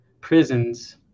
prisons